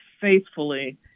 faithfully